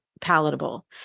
palatable